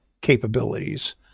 capabilities